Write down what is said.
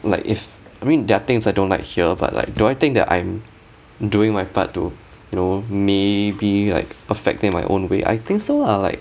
like if I mean there are things that I don't like here but like do I think that I'm doing my part to you know maybe like affecting in my own way I think so ah like